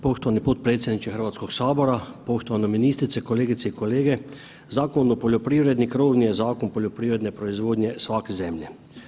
Poštovani potpredsjedniče Hrvatskog sabora, poštovana ministrice, kolegice i kolege, Zakon o poljoprivredni krovni je zakon poljoprivredne proizvodnje svake zemlje.